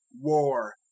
war